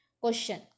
Question